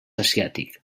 asiàtic